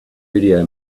video